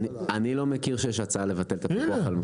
אני לא מכיר שיש הצעה לבטל את הפיקוח על מוצרי החלב.